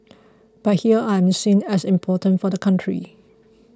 but here I am seen as important for the country